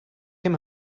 him